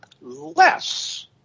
less